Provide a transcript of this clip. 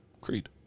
Creed